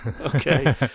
Okay